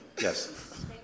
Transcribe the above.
yes